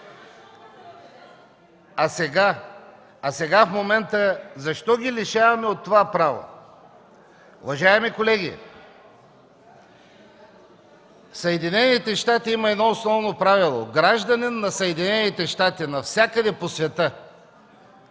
А сега в момента защо ги лишаваме от това право? Уважаеми колеги,в Съединените щати има едно основно правило: „гражданин на Съединените щати” – навсякъде по света